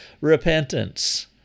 repentance